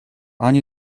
ani